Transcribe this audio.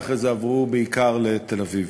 שאחרי זה עברו בעיקר לתל-אביב.